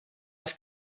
els